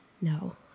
No